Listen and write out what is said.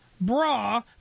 bra